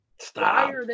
Stop